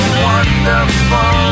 wonderful